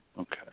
Okay